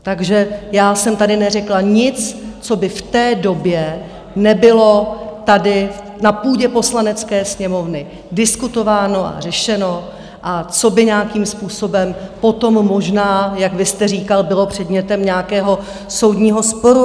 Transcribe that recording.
Takže já jsem tady neřekla nic, co by v té době nebylo tady na půdě Poslanecké sněmovny diskutováno a řešeno a co by nějakým způsobem potom možná, jak vy jste říkal, bylo předmětem nějakého soudního sporu.